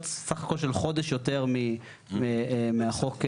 סך הכול של חודש יותר מהחוק המוצע.